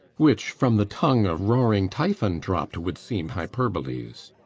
which, from the tongue of roaring typhon dropp'd, would seem hyperboles.